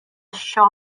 shaw